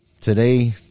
today